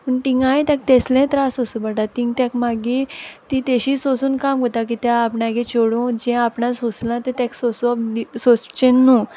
पूण तिंगाय तेक तेसले त्रास सोसूं पोटाय तींग तेक मागी ती तेशी सोंसून काम कोता कित्या आपणागे चोडूं जें आपणान सोंसलां तें तेक सोंसचें न्हू